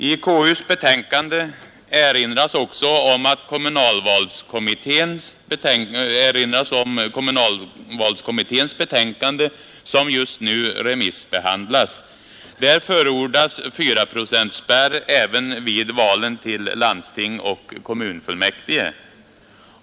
I konstitutionsutskottets betänkande erinras också om kommunalvalskommitténs betänkande, som just nu remissbehandlas. Där förordas fyraprocentspärr även vid valen till landsting och kommunfullmäktige.